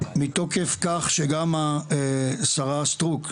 מתוקף כך שגם השרה סטרוק,